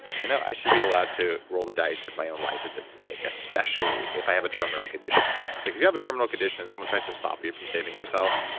you know i should be allowed to roll the dice, if my own life is at stake, especially if i have a terminal condition. it's like, if you have a terminal condition and somebody tries to stop you from saving yourself,